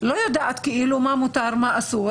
לא יודעת מה מותר ומה אסור,